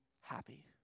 happy